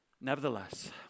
Nevertheless